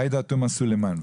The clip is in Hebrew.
עאידה תומא סלימאן,